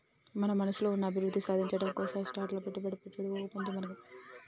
మన మనసులో ఉన్న అభివృద్ధి సాధించటం కోసం స్టాక్స్ లో పెట్టుబడి పెట్టాడు ఓ మంచి మార్గం